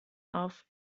auf